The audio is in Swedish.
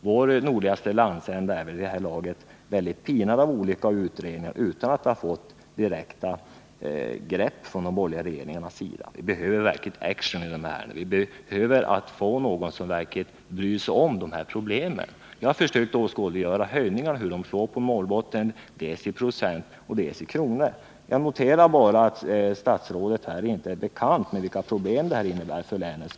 Vår nordligaste landsända är vid det här laget mycket pinad av olika utredningar, utan att det har förekommit några grepp från de borgerliga regeringarnas sida. Vi behöver verklig ”action”. Någon måste bry sig om de här problemen. Jag har försökt åskådliggöra hur höjningarna slår när det gäller Norrbotten, dels i procent, dels i kronor. Jag noterar bara att statsrådet inte känner till vilka problem det innebär för länet.